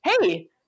hey